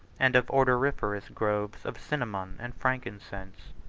and of odoriferous groves of cinnamon and frankincense.